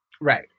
Right